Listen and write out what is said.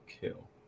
Kill